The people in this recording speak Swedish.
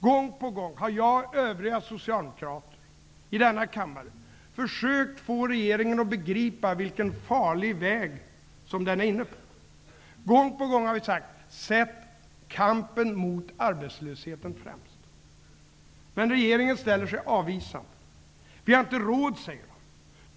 Gång på gång har jag och övriga socialdemokrater i denna kammare försökt att få regeringen att begripa vilken farlig väg som den är inne på. Gång på gång har vi sagt: Sätt kampen mot arbetslösheten främst. Men regeringen ställer sig avvisande.